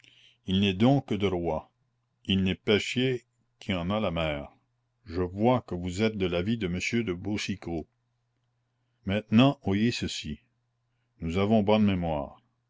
il n'est don que de roi il n'est peschier que en la mer je vois que vous êtes de l'avis de monsieur de boucicaut maintenant oyez ceci nous avons bonne mémoire